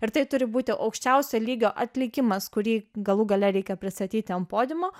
ir tai turi būti aukščiausio lygio atlikimas kurį galų gale reikia pristatyti ant podiumo